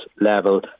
level